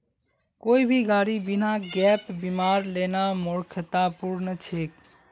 कोई भी गाड़ी बिना गैप बीमार लेना मूर्खतापूर्ण छेक